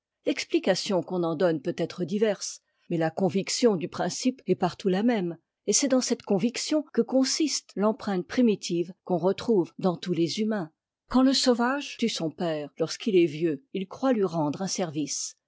l'explication qu'on en donne peut être diverse mais la conviction du principe est partout la même et c'est dans cette conviction que consiste l'empreinte primitive qu'on retrouve dans tous les humains quand le sauvage tue son père lorsqu'il est vieux croit tui rendre un service